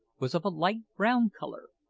was of a light-brown colour,